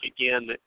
again